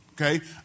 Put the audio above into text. Okay